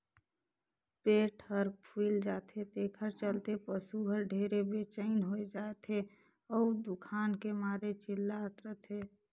पेट हर फूइल जाथे तेखर चलते पसू हर ढेरे बेचइन हो जाथे अउ दुखान के मारे चिल्लात रथे